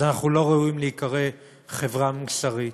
אז אנחנו לא ראויים להיקרא חברה מוסרית.